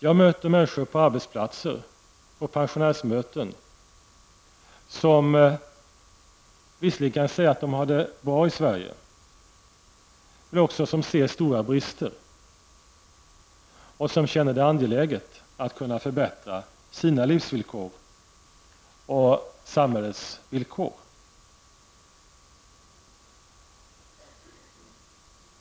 Jag möter människor på arbetsplatser och pensionärsmöten som visserligen kan säga att de har det bra i Sverige, men som också ser stora brister och som känner det angeläget att kunna förbättra sina livsvillkor och samhällets villkor.